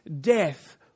death